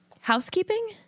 housekeeping